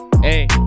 hey